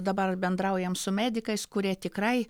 dabar bendraujam su medikais kurie tikrai